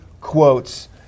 quotes